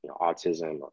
autism